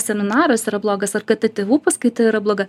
seminaras yra blogas ar kad ta tėvų paskaita yra bloga